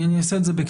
אני אעשה את זה בקצרה.